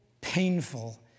painful